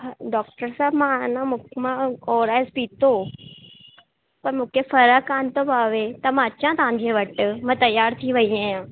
ह डॉक्टर साहब मां आ न मूंखे मां ओ आर एस पीतो पर मूंखे फ़र्कु कोन्ह थो पवे त मां अचा तव्हांजे वटि मां तयार थी वई आहियां